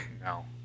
No